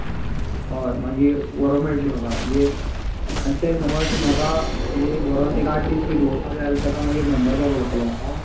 हय मागीर व्हरूंक मेळटलीं म्हाका म्हणजे आनी ते समज म्हाका व्हरून एक आठ दीस बी दवरपा जाय जाल्यार ताका मागीर मॅमबर जावूंक पडटलो म्हाका